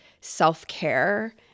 self-care